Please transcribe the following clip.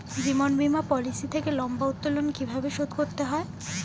জীবন বীমা পলিসি থেকে লম্বা উত্তোলন কিভাবে শোধ করতে হয়?